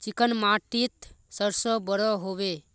Chicken माटित सरसों बढ़ो होबे?